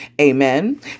amen